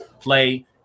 play